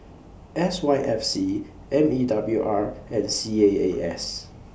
S Y F C M E W R and C A A S